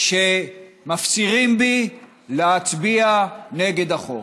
שמפצירים בי להצביע נגד החוק.